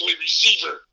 receiver